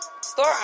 store